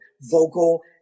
vocal